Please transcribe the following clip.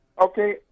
Okay